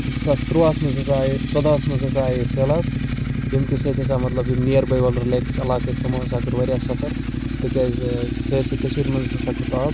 زٕ ساس تُرٛوہَس منٛز ہَسا آیے ژۄدہَس منٛز ہَسا آیے سٔہلاب ییٚمہِ کہِ سۭتۍ ہَسا مطلب یِم نِیَر باے وَلُر لیکَس علاقہٕ ٲس تِمو ہَسا کوٚر واریاہ سَفَر تِکیٛازِ سٲرۍ سٕے کٔشیٖرِ منٛز ہَسا کھوٚت آب